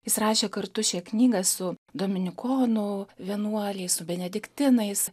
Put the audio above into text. jis rašė kartu šią knygą su dominikonų vienuoliais su benediktinais